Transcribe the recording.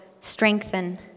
strengthen